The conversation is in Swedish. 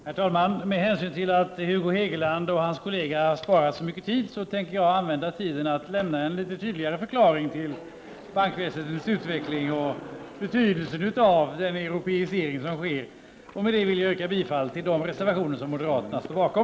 Herr talman! Med hänsyn till att Hugo Hegeland och hans kollega har sparat så mycket tid tänker jag använda tiden till att lämna en litet tydligare förklaring till bankväsendets utveckling och betydelsen av den europeisering som sker. Med det vill jag yrka bifall till de reservationer som moderaterna står bakom.